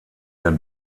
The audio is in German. der